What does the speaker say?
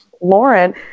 Lauren